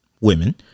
women